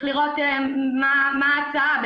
מה ההצעה,